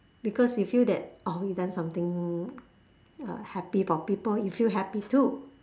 because you feel that oh you done something uh happy for people you feel happy too